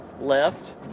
left